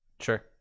Sure